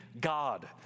God